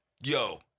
Yo